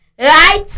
right